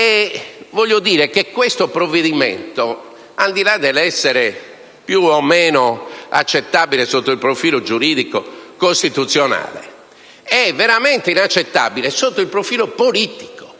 Voglio dire che questo provvedimento, al di là di essere più o meno accettabile sotto il profilo giuridico-costituzionale è veramente inaccettabile sotto il profilo politico,